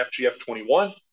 FGF21